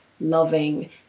loving